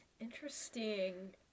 Interesting